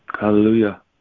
hallelujah